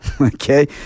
Okay